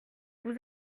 vous